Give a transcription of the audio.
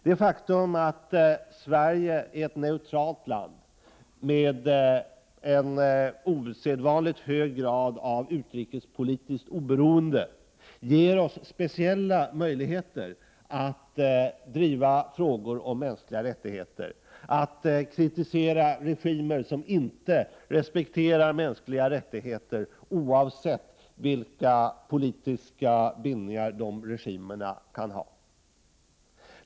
Det faktum att Sverige är ett neutralt land med en osedvanligt hög grad av utrikespolitiskt oberoende ger oss speciella möjligheter att driva frågor om mänskliga rättigheter, att kritisera regimer som inte respekterar mänskliga rättigheter, oavsett vilka politiska bindningar regimerna kan ha.